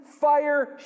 fire